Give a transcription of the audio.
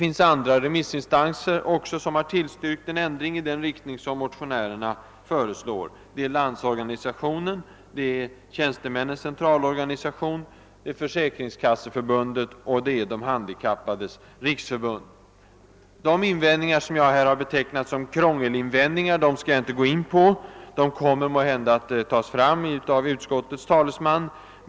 Även andra remissinstanser har tillstyrkt en ändring i den riktning som motionärerna föreslagit, t.ex. Landsorganisationen, Tjänstemännens centralorganisation, Försäkringskasseförbundet och De handikappades riksförbund. De invändningar som jag här har betecknat som krångelargument skall jag inte gå in på. De kommer måhända att beröras av utskottets talesman.